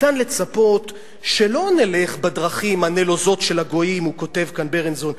ניתן לצפות שלא נלך בדרכים הנלוזות של הגויים" כותב כאן ברנזון,